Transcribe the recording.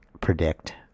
predict